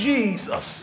Jesus